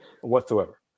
whatsoever